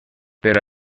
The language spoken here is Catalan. però